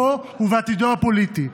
בו ובעתידו הפוליטי.